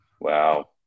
Wow